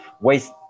waste